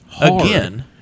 again